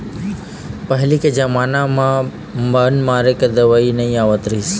पहिली के जमाना म बन मारे के दवई नइ आवत रहिस हे